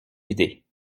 vidée